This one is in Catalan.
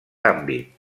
àmbit